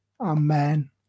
Amen